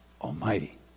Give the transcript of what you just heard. Almighty